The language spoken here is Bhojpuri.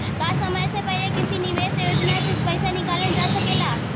का समय से पहले किसी निवेश योजना से र्पइसा निकालल जा सकेला?